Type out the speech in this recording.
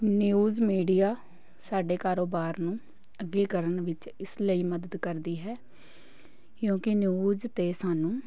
news media ਸਾਡੇ ਕਾਰੋਬਾਰ ਨੂੰ ਅੱਗੇ ਕਰਨ ਵਿੱਚ ਇਸ ਲਈ ਮਦਦ ਕਰਦੀ ਹੈ ਕਿਉਂਕਿ ਨਿਊਜ਼ 'ਤੇ ਸਾਨੂੰ